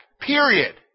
period